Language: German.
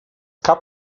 kap